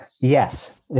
Yes